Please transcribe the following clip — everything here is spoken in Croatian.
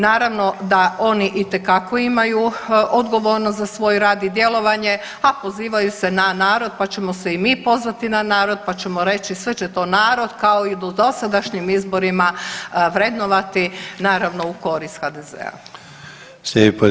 Naravno da oni itekako imaju odgovornost za svoj rad i djelovanje, a pozivaju se na narod, pa ćemo se i mi pozvati na narod pa ćemo reći, sve će to narod kao i u dosadašnjim izborima vrednovati, naravno, u korist HDZ-a.